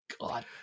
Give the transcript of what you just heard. God